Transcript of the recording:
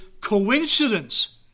coincidence